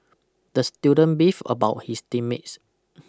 the student beefed about his team mates